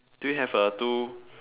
do you have uh two